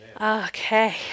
Okay